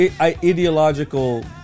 ideological